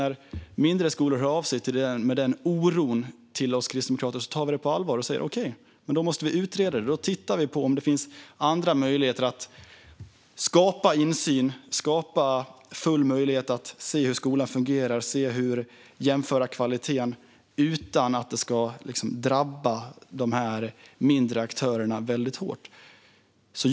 Vi kristdemokrater tar oron hos mindre skolor på allvar och säger: Okej, då måste vi utreda och titta på om det finns andra möjligheter att skapa insyn och full möjlighet att se hur skolan fungerar och jämföra kvaliteten, utan att det ska drabba de mindre aktörerna hårt.